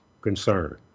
concern